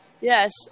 Yes